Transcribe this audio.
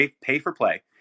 pay-for-play